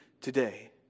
today